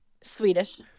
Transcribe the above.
Swedish